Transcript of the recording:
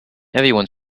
everyone